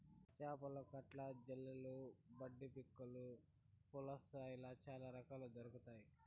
చేపలలో కట్ల, జల్లలు, బుడ్డపక్కిలు, పులస ఇలా చాల రకాలు దొరకుతాయి